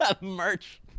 Merch